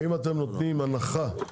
האם אתם נותנים הנחה?